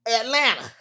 Atlanta